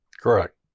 Correct